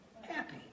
happy